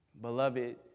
Beloved